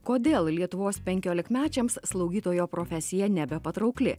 kodėl lietuvos penkiolikmečiams slaugytojo profesija nebepatraukli